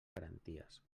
garanties